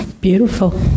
Beautiful